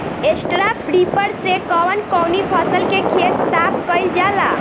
Straw reaper से कवन कवनी फसल के खेत साफ कयील जाला?